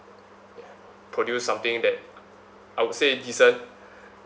produce something that I would say decent